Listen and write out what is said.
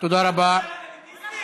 הם מתקזזים עם ש"ס?